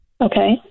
Okay